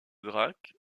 drac